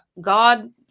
God